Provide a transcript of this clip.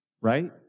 right